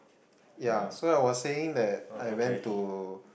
yeah so I was saying that I went to